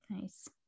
Nice